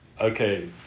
okay